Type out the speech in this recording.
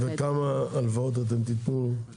וכמה הלוואות אתם תתנו, מקסימום,